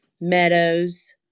meadows